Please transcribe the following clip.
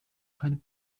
keine